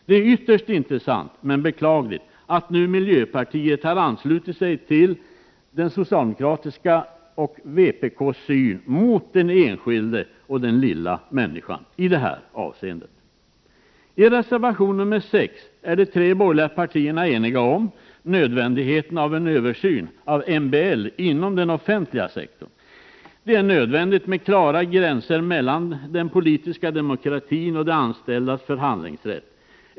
Det är ytterst intressant men beklagligt att miljöpartiet nu har anslutit sig till socialdemokraternas och vpk:s syn i det här avseendet — mot den enskilda, lilla människan. I reservation nr 6 är de tre borgerliga partierna eniga om nödvändigheten av en översyn av MBL inom den offentliga sektorn. Det är nödvändigt med klara gränser mellan den politiska demokratin och de anställdas förhandlingsrätt.